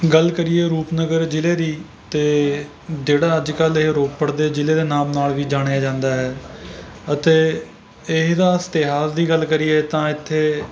ਗੱਲ ਕਰੀਏ ਰੂਪਨਗਰ ਜ਼ਿਲ੍ਹੇ ਦੀ ਅਤੇ ਜਿਹੜਾ ਅੱਜ ਕੱਲ੍ਹ ਇਹ ਰੋਪੜ ਦੇ ਜ਼ਿਲ੍ਹੇ ਦੇ ਨਾਮ ਨਾਲ ਵੀ ਜਾਣਿਆ ਜਾਂਦਾ ਹੈ ਅਤੇ ਇਹਦਾ ਇਤਿਹਾਸ ਦੀ ਗੱਲ ਕਰੀਏ ਤਾਂ ਇੱਥੇ